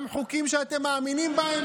גם חוקים שאתם מאמינים בהם,